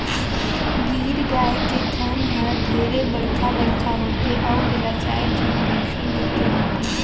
गीर गाय के थन हर ढेरे बड़खा बड़खा होथे अउ एला चायर झन मइनसे मिलके दुहथे